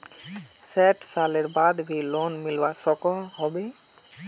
सैट सालेर बाद भी लोन मिलवा सकोहो होबे?